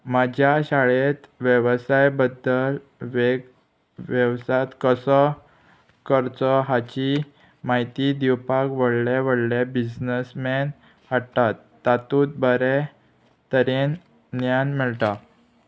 म्हाज्या शाळेंत वेवसाय बद्दल वेग वेवसाय कसो करचो हाची म्हायती दिवपाक व्हडले व्हडले बिजनसमॅन हाडटात तातूंत बरे तरेन ज्ञान मेळटा